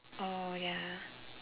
oh ya